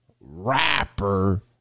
rapper